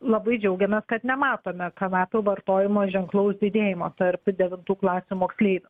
labai džiaugiamės kad nematome kanapių vartojimo ženklaus didėjimo tarp devintų klasių moksleivių